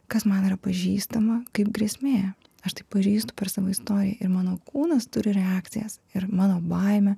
kas man yra pažįstama kaip grėsmė aš tai pažįstu per savo istoriją ir mano kūnas turi reakcijas ir mano baimę